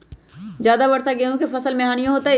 ज्यादा वर्षा गेंहू के फसल मे हानियों होतेई?